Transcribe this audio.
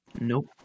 Nope